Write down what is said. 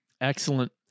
Excellent